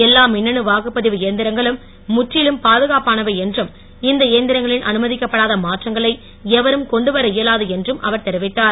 எல்லா மின்னணு வாக்குப்பதிவு இயந்திரங்களும் முற்றிலும் பாதுகாப்பானவை என்றும் இந்த இயந்திரங்களில் அனுமதிக்கப்படாத மாற்றங்களை எவரும் கொண்டு வர இயலாது என்றும் அவர் தெரிவித்தார்